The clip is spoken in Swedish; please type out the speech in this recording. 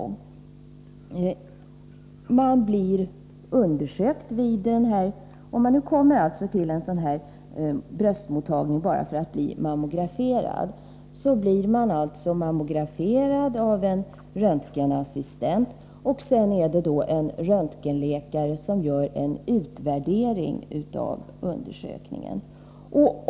Om man nu kommer till en bröstmottagning för att bli mammograferad, blir man där mammograferad av en röntgenassistent. Sedan gör en röntgenläkare en utvärdering av undersökningen.